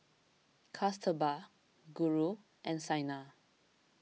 Kasturba Guru and Saina